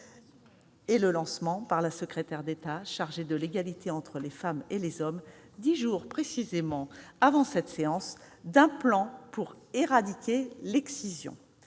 ; le lancement, par la secrétaire d'État chargée de l'égalité entre les femmes et les hommes, dix jours précisément avant cette séance, d'un plan pour éradiquer l'excision.